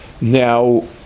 Now